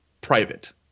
private